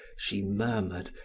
she murmured,